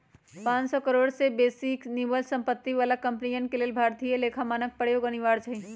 पांन सौ करोड़ से बेशी निवल सम्पत्ति बला कंपनी के लेल भारतीय लेखा मानक प्रयोग अनिवार्य हइ